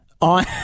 on